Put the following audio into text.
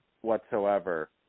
whatsoever